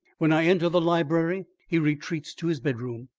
when i enter the library, he retreats to his bedroom.